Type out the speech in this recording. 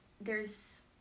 there's-